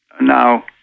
Now